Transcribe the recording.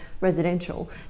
residential